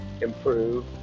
improve